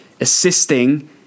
assisting